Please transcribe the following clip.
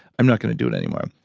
i'm not gonna do it anymore.